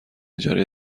اجاره